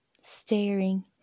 Staring